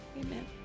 amen